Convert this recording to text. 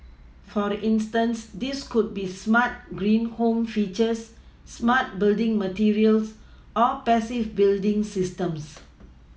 for instance these could be smart green home features smart building materials or passive building systems